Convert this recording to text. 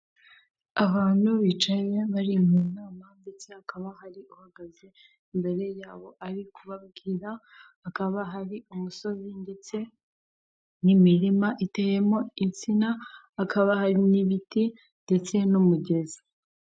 Abantu bicaye bari mu nama ndetse hakaba hari uhagaze imbere yabo ari kubababwira, hakaba hari umusozi ndetse n'imirima iteyemo insina, hakaba hari n'ibiti ndetse n'umugezi.